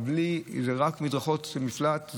אבל זה רק מדרכות מפלט,